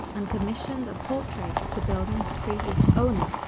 and commissioned a portrait of the building's previous owner,